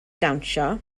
dawnsio